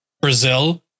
Brazil